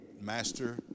Master